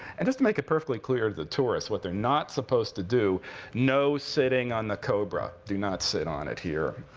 and just make it perfectly clear to the tourists what they're not supposed to do no sitting on the cobra. do not sit on it here.